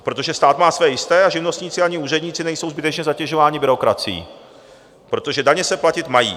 Protože stát má své jisté a živnostníci ani úředníci nejsou zbytečně zatěžováni byrokracií, protože daně se platit mají.